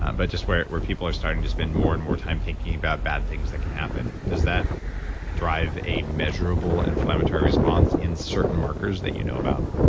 um but just where where people are starting to spend more and more time thinking about bad things that can happen, does that drive a measurable inflammatory response in certain markers that you know about?